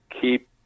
keep